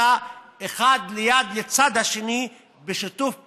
אלא אחד לצד השני, בשיתוף פעולה,